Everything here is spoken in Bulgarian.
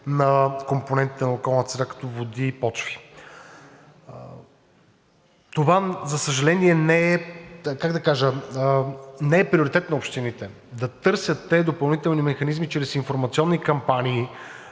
на компонентите на околната среда, като води и почви. Това, за съжаление, не е приоритет на общините – да търсят допълнителни механизми чрез информационни кампании